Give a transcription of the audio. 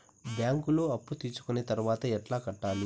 బ్యాంకులో అప్పు తీసుకొని తర్వాత ఎట్లా కట్టాలి?